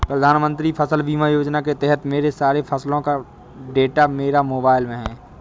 प्रधानमंत्री फसल बीमा योजना के तहत मेरे सारे फसलों का डाटा मेरे मोबाइल में है